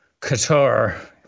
Qatar